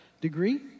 degree